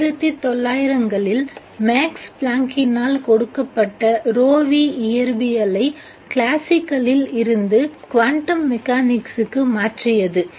1900 இல் மேக்ஸ் பிளாங்க்கினால் கொடுக்கப்பட்ட ρν இயற்பியலை கிளாஸ்சிக்களில் இருந்து குவாண்டம் மெக்கானிக்ஸுக்கு மாற்றியது